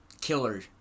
killer